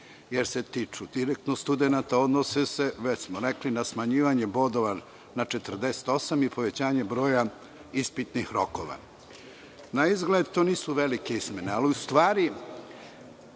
jer se tiču direktno studenata, odnose se na smanjivanje bodova na 48 i povećanje broja ispitnih rokova. Naizgled, to nisu velike izmene, ali u stvari